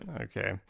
Okay